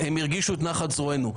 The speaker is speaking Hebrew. הם הרגישו את נחת זרוענו,